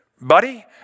buddy